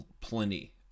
plenty